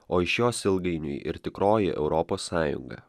o iš jos ilgainiui ir tikroji europos sąjunga